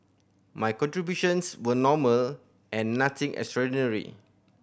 my contributions were normal and nothing extraordinary